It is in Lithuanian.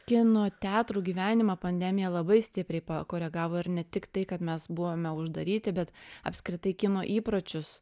kino teatrų gyvenimą pandemija labai stipriai pakoregavo ir ne tik tai kad mes buvome uždaryti bet apskritai kino įpročius